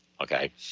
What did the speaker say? Okay